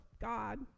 God